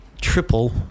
triple